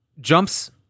jumps